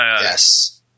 Yes